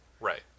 Right